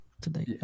today